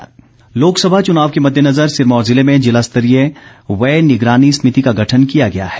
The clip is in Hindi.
चुनाव सिरमौर लोकसभा चुनाव के मध्येनजर सिरमौर जिले में जिलास्तरीय व्यय निगरानी समिति का गठन किया गया है